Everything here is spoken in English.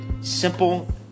simple